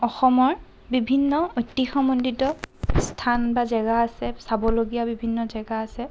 অসমৰ বিভিন্ন ঐতিহ্যমণ্ডিত স্থান বা জেগা আছে চাবলগীয়া বিভিন্ন জেগা আছে